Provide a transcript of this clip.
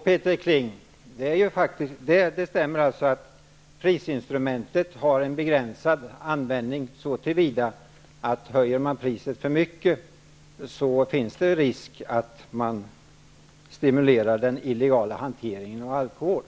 Herr talman! Ja, Peter Kling, det stämmer att prisinstrumentet har begränsad användning så till vida att om man höjer priset för mycket, finns det risk för att man stimulerar den illegala hanteringen av alkohol.